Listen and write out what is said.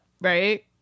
Right